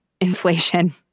inflation